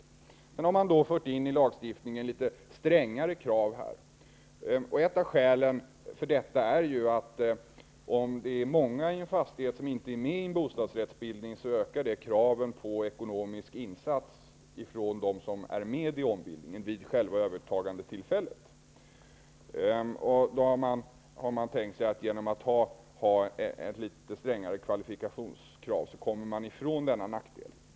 Sedan har man då i lagstiftningen här fört in litet strängare krav. Ett av skälen för detta är att om det är många i en fastighet som inte är med i en bostadsrättsbildning ökar det kraven på ekonomisk insats från dem som är med i ombildningen vid själva övertagandetillfället. Då har man tänkt sig att man genom att ha ett något strängare kvalifikationskrav kommer ifrån denna nackdel.